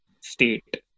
state